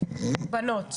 אופוזיציה.